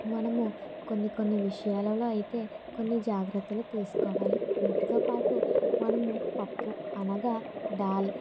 మనము కొన్ని కొన్ని విషయాలలో అయితే కొన్ని జాగ్రత్తలు తీసుకోవాలి వీటితో పాటు మనము పప్పు అనగా దాల్